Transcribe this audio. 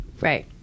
Right